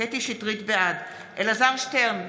בעד אלעזר שטרן,